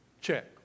Check